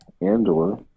Andor